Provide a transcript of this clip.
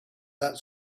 that